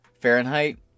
Fahrenheit